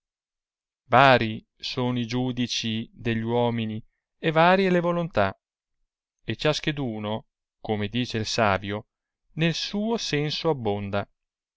varii sono i giudicii degli uomini e varie le volontà e ciascaduno come dice il savio nel suo senso abbonda